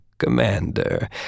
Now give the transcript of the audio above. Commander